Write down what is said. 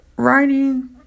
Writing